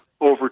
over